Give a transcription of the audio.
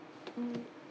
mm